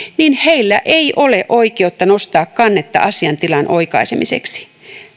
niin heillä ei ole oikeutta nostaa kannetta asiantilan oikaisemiseksi